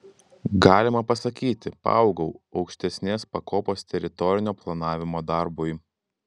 galima pasakyti paaugau aukštesnės pakopos teritorinio planavimo darbui